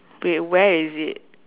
wait where is it